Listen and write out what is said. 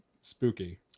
spooky